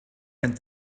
and